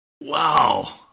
Wow